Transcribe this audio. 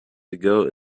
ago